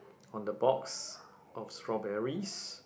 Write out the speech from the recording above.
on the box of strawberries